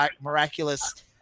miraculous